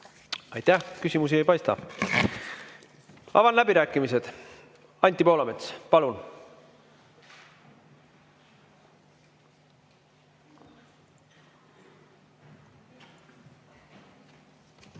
Aitäh! Küsimusi ei paista. Avan läbirääkimised. Anti Poolamets, palun!